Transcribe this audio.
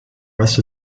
rest